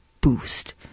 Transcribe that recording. boost